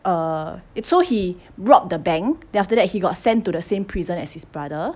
err it so he robbed the bank then after that he got sent to the same prison as his brother